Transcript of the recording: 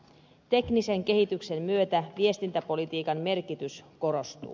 teknisen kehityksen myötä viestintäpolitiikan merkitys korostuu